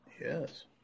Yes